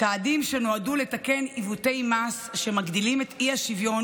צעדים שנועדו לתקן עיוותי מס שמגדילים את האי-שוויון